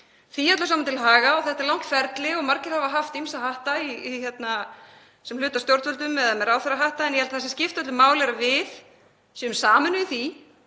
því öllu saman til haga. Þetta er langt ferli og margir hafa haft ýmsa hatta sem hluti af stjórnvöldum eða með ráðherrahatta en það sem skiptir öllu máli er að við séum sameinuð í því